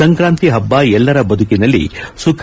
ಸಂಕ್ರಾತಿ ಹಬ್ಬ ಎಲ್ಲರ ಬದುಕಿನಲ್ಲಿ ಸುಖ